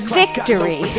victory